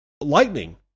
Lightning